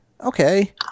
okay